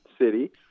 city